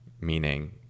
meaning